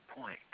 point